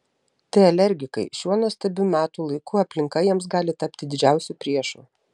tai alergikai šiuo nuostabiu metų laiku aplinka jiems gali tapti didžiausiu priešu